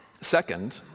Second